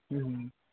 ਹੂੰ